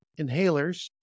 inhalers